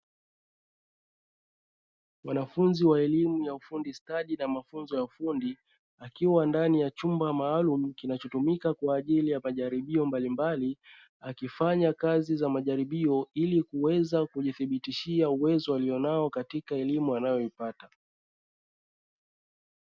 Wanafunzi wa elimu ya ufundi stadi na mafunzo ya elimu wakiwa ndani ya chumba maalumu, kinachotumika kwa ajili ya majaribio mbalimbali akifanya kazi za majaibio, ili kuweza kujithibitishia uwezo alionao katika elimu anayoipata.